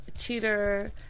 cheater